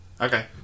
Okay